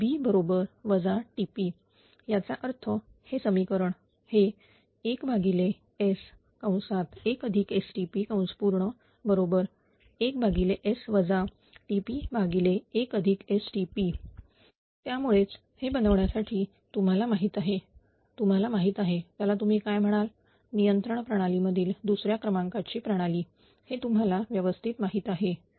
तर B 𝑇𝑝 याचा अर्थ हे समीकरण हे 1S1STP 1S 𝑇𝑝1STP त्यामुळेच हे बनवण्यासाठी तुम्हाला माहिती आहे तुम्हाला माहित आहे तुम्ही त्याला काय म्हणाल नियंत्रणा प्रणालीमधील दुसऱ्या क्रमांकाची प्रणाली हे तुम्हाला व्यवस्थित माहिती आहे